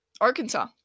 Arkansas